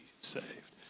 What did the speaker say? saved